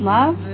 Love